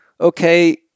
okay